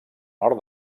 nord